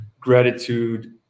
gratitude